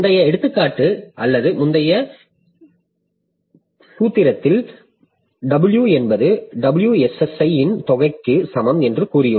முந்தைய எடுத்துக்காட்டு அல்லது முந்தைய சூத்திரத்தில் W என்பது WSSi இன் தொகைக்கு சமம் என்று கூறியுள்ளோம்